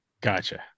Gotcha